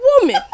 woman